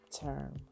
term